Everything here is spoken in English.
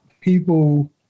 people